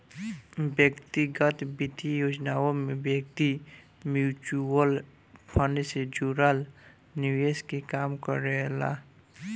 व्यक्तिगत वित्तीय योजनाओं में व्यक्ति म्यूचुअल फंड से जुड़ल निवेश के काम करेला